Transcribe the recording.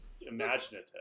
imaginative